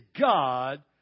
God